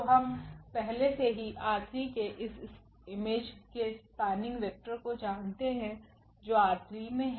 तो हम पहले से ही R3 के इस इमेज के स्पेनिंग वेक्टर को जानते है जो ℝ3 में है